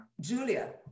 Julia